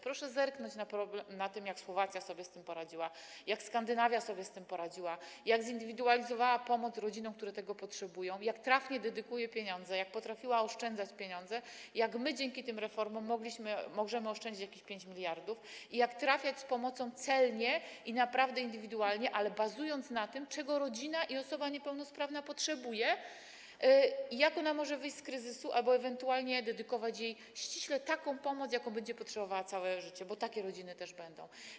Proszę zerknąć na to, jak Słowacja sobie z tym poradziła, jak Skandynawia sobie z tym poradziła, jak zindywidualizowały one pomoc dla rodzin, które tego potrzebują, jak trafnie dedykują pieniądze, jak potrafiły oszczędzać pieniądze, jak my dzięki tym reformom możemy oszczędzić jakieś 5 mld, trafiać z pomocą celnie i naprawdę udzielać jej indywidualnie, ale bazując na tym, czego rodzina i osoba niepełnosprawna potrzebują, jak mogą wyjść z kryzysu, albo ewentualnie dedykować im ściśle taką pomoc, jakiej będą potrzebowały całe życie, bo takie rodziny też będą.